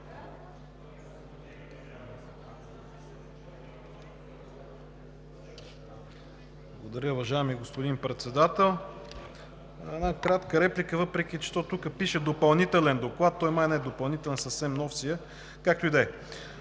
Благодаря, уважаеми господин Председател. Една кратка реплика, въпреки че то тук пише: „Допълнителен доклад“ и той май не е допълнителен, а съвсем нов си е, както и да е.